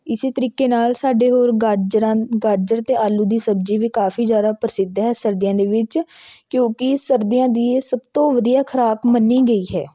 ਇਸੇ ਤਰੀਕੇ ਨਾਲ ਸਾਡੇ ਹੋਰ ਗਾਜਰਾਂ ਗਾਜਰ ਅਤੇ ਆਲੂ ਦੀ ਸਬਜ਼ੀ ਵੀ ਕਾਫੀ ਜ਼ਿਆਦਾ ਪ੍ਰਸਿੱਧ ਹੈ ਸਰਦੀਆਂ ਦੇ ਵਿੱਚ ਕਿਉਂਕਿ ਸਰਦੀਆਂ ਦੀ ਸਭ ਤੋਂ ਵਧੀਆ ਖੁਰਾਕ ਮੰਨੀ ਗਈ ਹੈ